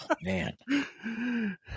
man